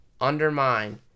undermine